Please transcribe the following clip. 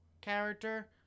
character